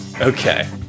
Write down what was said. okay